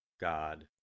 God